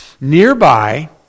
nearby